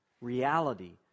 reality